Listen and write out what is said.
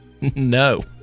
No